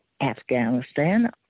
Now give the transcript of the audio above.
Afghanistan